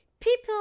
people